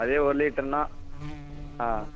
அதே ஒரு லிட்டர்னால் ஆ